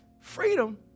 Freedom